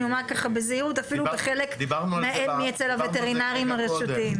אני אומר ככה בזהירות שאפילו אצל חלק מהווטרינרים הרשותיים.